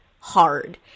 hard